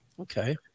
Okay